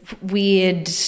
weird